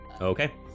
Okay